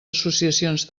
associacions